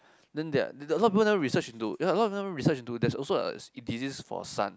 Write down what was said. then there a lot people research into a lot them the people research into there is also a disease for sun